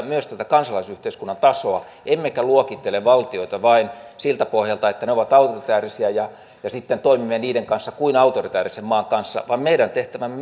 myös tätä kansalaisyhteiskunnan tasoa emmekä luokittele valtioita vain siltä pohjalta että ne ovat autoritäärisiä ja sitten toimimme niiden kanssa kuin autoritäärisen maan kanssa vaan meidän tehtävämme